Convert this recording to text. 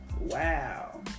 Wow